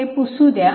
हे पुसू द्या